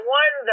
one